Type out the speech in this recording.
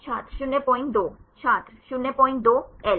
छात्र 02 02 एल